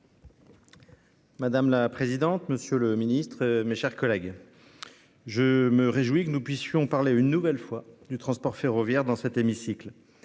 Madame la présidente. Monsieur le Ministre, mes chers collègues. Je me réjouis que nous puissions parler une nouvelle fois du transport ferroviaire, dans cet hémicycle.